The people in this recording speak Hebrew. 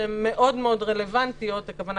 שהן מאוד מאוד רלוונטיות הכוונה,